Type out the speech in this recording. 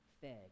fed